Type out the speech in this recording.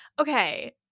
okay